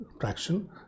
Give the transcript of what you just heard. traction